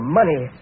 money